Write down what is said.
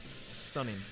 Stunning